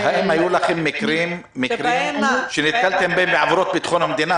--- האם נתקלתם במקרים של עבירות על ביטחון המדינה?